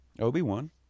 Obi-Wan